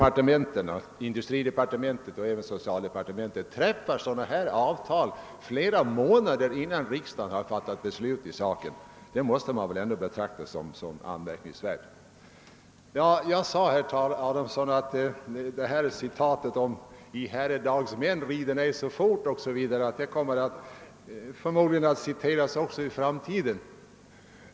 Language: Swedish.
Att industridepartementet och <socialdepartementet träffar sådana avtal flera månader innan riksdagen har fattat beslut måste väl betraktas som anmärkningsvärt. Jag sade, herr Adamsson, att citatet »I herredagsmän, reser icke så fort!» förmodligen kommer att citeras även i framtiden.